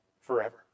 forever